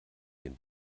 den